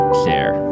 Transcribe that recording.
share